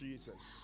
Jesus